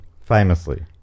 famously